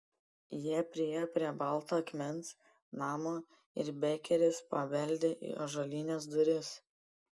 jie priėjo prie balto akmens namo ir bekeris pabeldė į ąžuolines duris